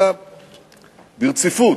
אלא ברציפות.